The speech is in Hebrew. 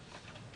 קנדה.